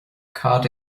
cad